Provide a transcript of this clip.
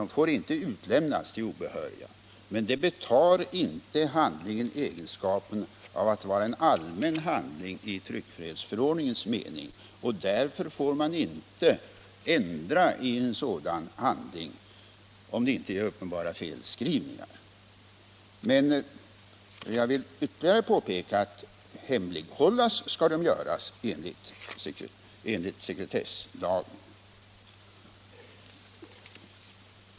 De får inte utlämnas till obehöriga, men det betar inte hand Torsdagen den lingen egenskapen av att vara en allmän handling i tryckfrihetsförord 17 februari 1977 ningens mening. Därför får man inte ändra i en sådan handling, om — det inte är uppenbara felskrivningar. Men jag vill ytterligare påpeka att - Om borttagande av hemlighållas skall den enligt sekretesslagen.